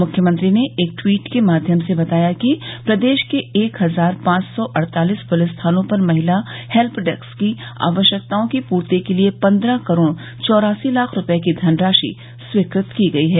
मुख्यमंत्री ने एक ट्वीट के माध्यम से बताया कि प्रदेश के एक हजार पांच सौ अड़तालिस पुलिस थानों पर महिला हेल्य डेस्क की आवश्यकताओं की पूर्ति के लिए पन्द्रह करोड़ चौरासी लाख रूपये की धनराशि स्वीकृत की गई है